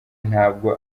ntabwo